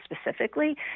specifically